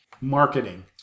marketing